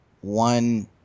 one